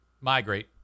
migrate